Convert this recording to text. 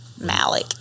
malik